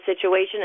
situation